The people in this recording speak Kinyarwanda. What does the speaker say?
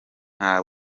nta